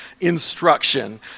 instruction